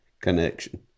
connection